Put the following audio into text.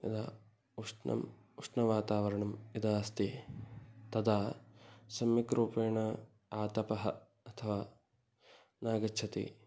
यदा उष्णम् उष्णवातावरणं यदा अस्ति तदा सम्यक् रूपेण आतपः अथवा नागच्छति